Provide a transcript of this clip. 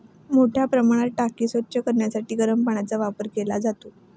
मोठ्या प्रमाणात टाकी स्वच्छ करण्यासाठी गरम पाण्याचा वापर केला जातो